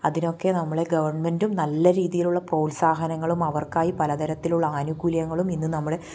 അതിനൊക്കെ നമ്മളെ ഗവൺമെന്റും നല്ല രീതിയിലുള്ള പ്രോത്സാഹനങ്ങളും അവർക്കായി പലതരത്തിലുള്ള ആനുകൂല്യങ്ങളും ഇന്ന് നമ്മളെ